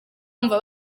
bumva